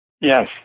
Yes